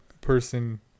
person